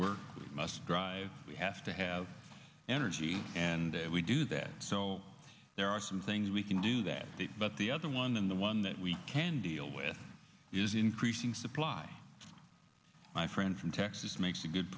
we must drive we have to have energy and we do that so there are some things we can do that but the other one and the one that we can deal with is increasing supply my friend from texas makes a good